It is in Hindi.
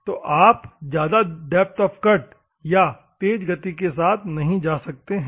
तो आप ज्यादा डेप्थ ऑफ़ कट या तेज गति इत्यादि के लिए नहीं जा सकते हैं